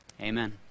Amen